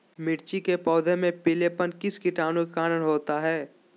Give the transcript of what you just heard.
मिर्च के पौधे में पिलेपन किस कीटाणु के कारण होता है?